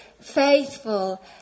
faithful